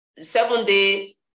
seven-day